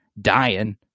dying